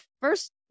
first